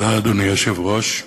אדוני היושב-ראש,